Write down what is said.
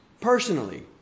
personally